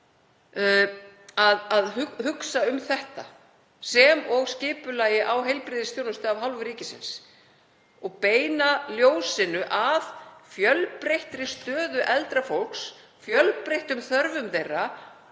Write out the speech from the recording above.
að hugsa um þetta sem og skipulag á heilbrigðisþjónustu af hálfu ríkisins og beina ljósinu að fjölbreyttri stöðu eldra fólks, fjölbreyttum þörfum þess